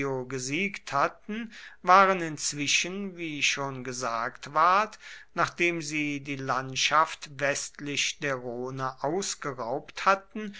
gesiegt hatten waren inzwischen wie schon gesagt ward nachdem sie die landschaft westlich der rhone ausgeraubt hatten